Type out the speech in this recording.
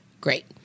Great